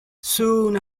soon